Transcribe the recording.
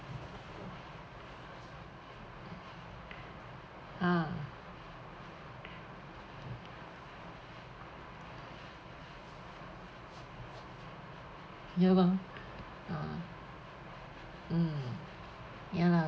ah ya ah mm ya lah